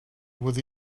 with